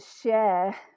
share